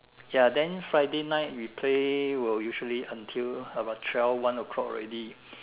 ya then Friday night we play will usually until about twelve one o-clock already